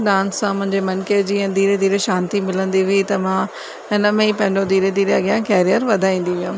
dance सां मुंहिंजे मन खे जीअं धीरे धीरे शांती मिलंदी हुई त मां हिन में ई पंहिंजो धीरे धीरे अॻियां केरिअर वधाईंदी वियमि